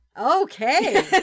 Okay